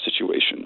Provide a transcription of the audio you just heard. situation